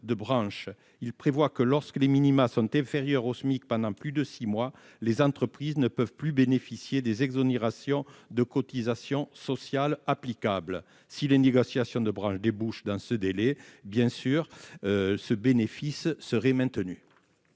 de branche. Dès lors que les minima seraient inférieurs au SMIC pendant plus de six mois, les entreprises ne pourraient plus bénéficier des exonérations de cotisations sociales applicables. Si les négociations de branches devaient déboucher dans ce délai, ce bénéfice serait